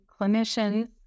clinicians